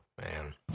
man